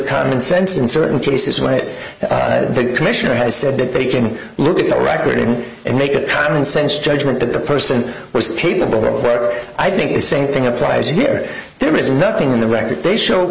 common sense in certain cases when it the commissioner has said that they can look at the record and make a commonsense judgement that the person was capable of i think the same thing applies here there is nothing in the record they show